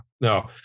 No